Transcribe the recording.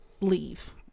leave